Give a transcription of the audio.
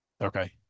Okay